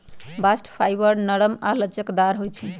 bast fibre नरम आऽ लचकदार होइ छइ